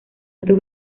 otro